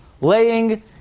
laying